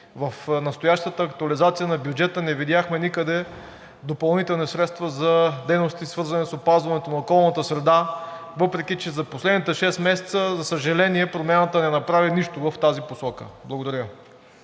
в настоящата актуализация на бюджета не видяхме никъде допълнителни средства за дейности, свързани с опазването на околната среда, въпреки че за последните шест месеца, за съжаление, Промяната не направи нищо в тази посока. Благодаря.